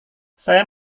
saya